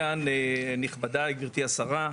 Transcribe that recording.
נכבדיי, גברתי השרה.